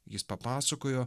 jis papasakojo